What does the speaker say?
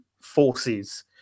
forces